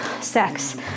sex